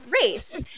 race